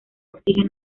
oxígeno